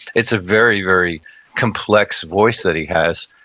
it's a very, very complex voice that he has,